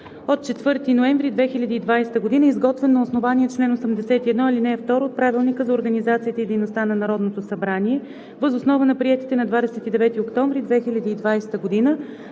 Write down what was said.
от 4 ноември 2020 г., изготвен на основание чл. 81, ал. 2 от Правилника за организацията и дейността на Народното събрание въз основа на приетите на 29 октомври 2020 г. на